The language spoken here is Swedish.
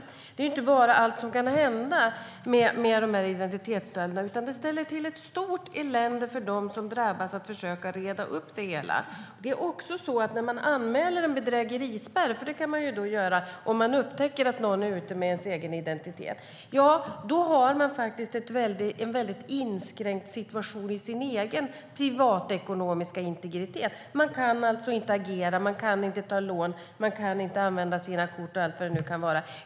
Det gäller inte bara allt som kan hända med identitetsstölderna, utan det är även ett stort elände för dem som drabbas att försöka reda upp det hela. Man kan anmäla en bedrägerispärr om man upptäcker att någon är ute med ens egen identitet, men då har man en väldigt inskränkt situation i sin egen privatekonomiska integritet. Man kan inte agera - inte ta lån, inte använda sina kort och allt vad det nu kan vara.